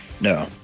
no